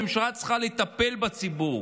וממשלה צריכה לטפל בציבור,